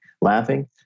laughing